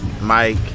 Mike